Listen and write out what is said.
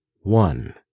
one